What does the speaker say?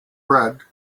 read